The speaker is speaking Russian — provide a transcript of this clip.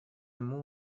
ему